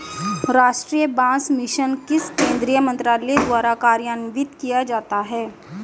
राष्ट्रीय बांस मिशन किस केंद्रीय मंत्रालय द्वारा कार्यान्वित किया जाता है?